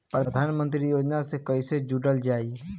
प्रधानमंत्री योजना से कैसे जुड़ल जाइ?